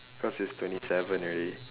cause it's twenty seven already